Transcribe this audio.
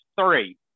three